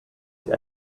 sie